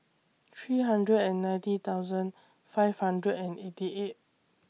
three hundred and ninety thousand five hundred and eighty eight